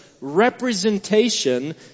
representation